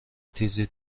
تیزی